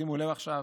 שימו לב עכשיו,